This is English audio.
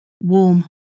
warm